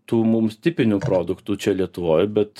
tų mums tipinių produktų čia lietuvoj bet